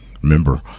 Remember